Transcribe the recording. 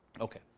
Okay